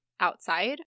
outside